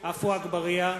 עפו אגבאריה,